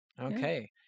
Okay